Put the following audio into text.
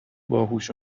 باهوش